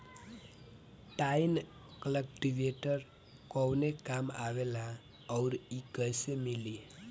Tine cultivator कवने काम आवेला आउर इ कैसे मिली?